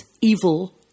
evil